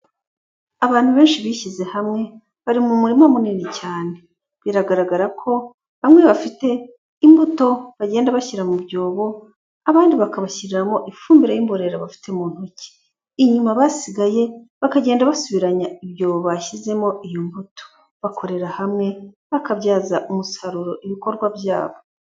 Abantu benshi bishyize hamwe bari mu murima munini cyane, biragaragara ko bamwe bafite imbuto bagenda bashyira mu byobo abandi bakabashyiriramo ifumbire y'imborera bafite mu ntoki, inyuma abasigaye bakagenda basubiranya ibyobo bashyizemo iyo mbuto, bakorera hamwe bakabyaza umusaruro ibikorwa byabo.